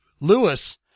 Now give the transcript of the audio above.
lewis